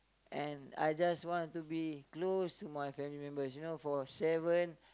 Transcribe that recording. and I just want to be close to my family members you know for seven